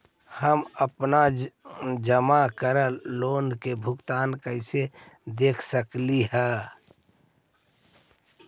हम अपन जमा करल लोन के भुगतान कैसे देख सकली हे?